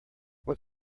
what